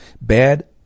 bad